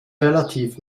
relativ